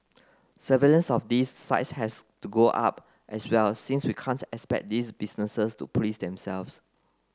surveillance of these sites has to go up as well since we can't expect these businesses to police themselves